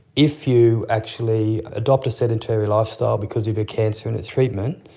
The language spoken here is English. if you actually adopt a sedentary lifestyle because of your cancer and its treatment,